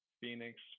Phoenix